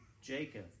Jacob